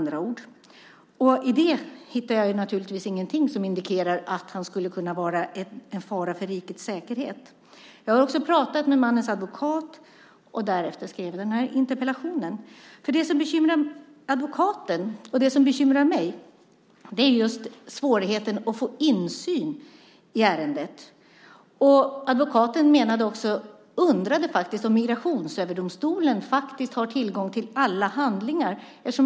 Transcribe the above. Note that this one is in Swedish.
Där hittade jag naturligtvis ingenting som indikerar att den här mannen skulle kunna vara en fara för rikets säkerhet. Jag har också pratat med mannens advokat, och därefter skrev jag interpellationen. Det som bekymrar advokaten och det som bekymrar mig är just svårigheten att få insyn i ärendet. Advokaten undrade också om Migrationsöverdomstolen har tillgång till alla handlingar.